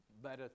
Better